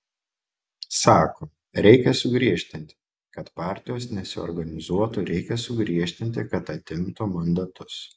sako reikia sugriežtinti kad partijos nesiorganizuotų reikia sugriežtinti kad atimtų mandatus